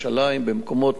במקומות מסוימים,